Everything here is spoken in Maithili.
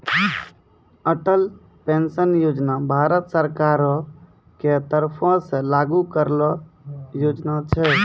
अटल पेंशन योजना भारत सरकारो के तरफो से लागू करलो योजना छै